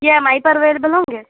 E M I پر available ہوں گے